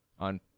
On